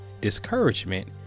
discouragement